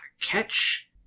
catch